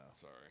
Sorry